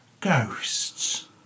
Ghosts